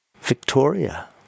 Victoria